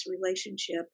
relationship